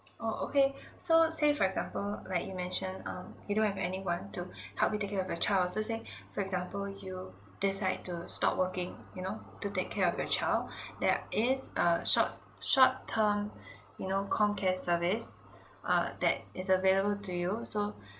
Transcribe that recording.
oh okay so say for example like you mentioned um you don't have anyone to help you take care of your child so say for example you decide to stop working you know to take care of your child there is a short short term you know comcare service err that is available to you so